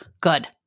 good